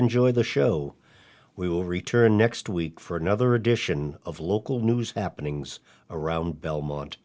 enjoyed the show we will return next week for another edition of local news happening around belmont